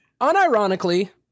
Unironically